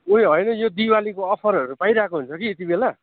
उयो होइन यो दिवालीको अफरहरू पाइरहेको हुन्छ कि यतिबेला